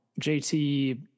JT